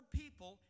people